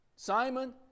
Simon